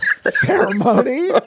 ceremony